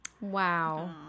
Wow